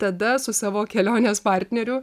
tada su savo kelionės partneriu